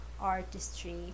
artistry